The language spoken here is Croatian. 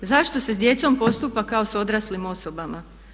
Zašto se s djecom postupa kao s odraslim osobama?